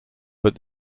but